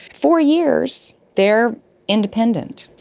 four years, they are independent.